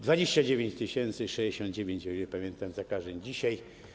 29 069, o ile pamiętam, zakażeń dzisiaj.